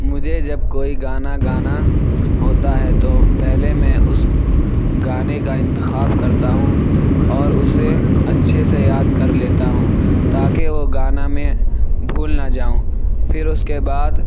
مجھے جب کوئی گانا گانا ہوتا ہے تو پہلے میں اس گانے کا انتخاب کرتا ہوں اور اسے اچھے سے یاد کر لیتا ہوں تاکہ وہ گانا میں بھول نہ جاؤں پھر اس كے بعد